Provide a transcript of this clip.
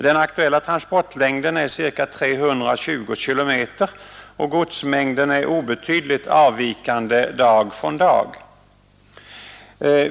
Den aktuella transportlängden är ca 320 km och godsmängden är obetydligt avvikande dag från dag.